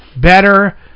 better